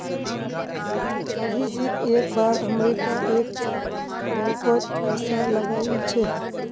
अभिजीत एक बार अमरीका एक टा बैंक कोत पैसा लगाइल छे